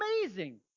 Amazing